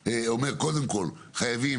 קודם כל, חייבים